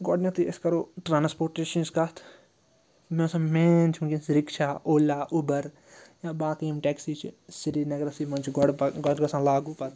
گۄڈٕنٮ۪تھٕے أسۍ کَرو ٹرٛانَسپوٹیشنٕچ کَتھ مےٚ باسان مین چھِ وٕنۍکٮ۪س رِکشا اولا اُبَر یا باقٕے یِم ٹٮ۪کسی چھِ سریٖنگرسٕے منٛز چھِ گۄڈٕ گۄڈٕ گَژھان لاگوٗ پَتہٕ